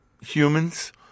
humans